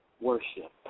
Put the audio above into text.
worship